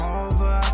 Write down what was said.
over